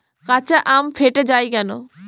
কাঁচা আম ফেটে য়ায় কেন?